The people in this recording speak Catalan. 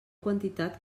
quantitat